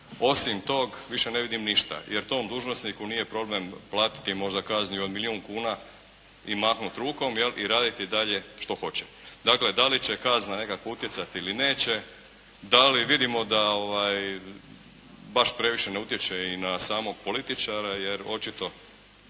Osim tog više ne vidim ništa, jer tom dužnosniku nije problem platiti možda kaznu i od milijun kuna i mahnuti rukom i raditi dalje što hoće. Dakle, da li će kazna nekako utjecati ili neće? Da li vidimo da baš previše i ne utječe na samog političara, jer očito